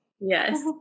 Yes